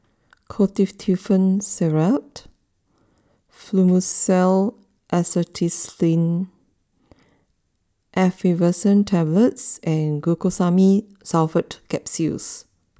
Ketotifen Syrup Fluimucil Acetylcysteine Effervescent Tablets and Glucosamine Sulfate Capsules